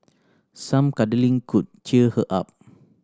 some cuddling could cheer her up